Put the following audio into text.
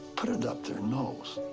put it up their nose,